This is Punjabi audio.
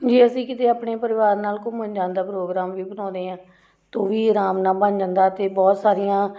ਜੇ ਅਸੀਂ ਕਿਤੇ ਆਪਣੇ ਪਰਿਵਾਰ ਨਾਲ਼ ਘੁੰਮਣ ਜਾਣ ਦਾ ਪ੍ਰੋਗਰਾਮ ਵੀ ਬਣਾਉਂਦੇ ਹਾਂ ਤਾਂ ਉਹ ਵੀ ਆਰਾਮ ਨਾਲ਼ ਬਣ ਜਾਂਦਾ ਅਤੇ ਬਹੁਤ ਸਾਰੀਆਂ